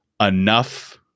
enough